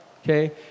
Okay